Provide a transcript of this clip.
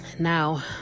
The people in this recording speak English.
Now